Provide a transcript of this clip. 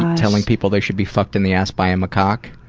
telling people they should be fucked in the ass by a macaque?